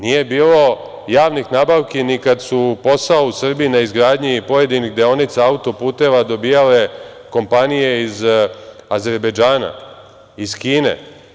Nije bilo javnih nabavki kada su posao u Srbiji na izgradnji pojedinih deonica autoputeva dobijale kompanije iz Azerbejdžana, iz Kine.